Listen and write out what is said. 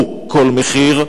הוא כל מחיר,